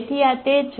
તેથી આ તે છે